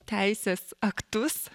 teisės aktus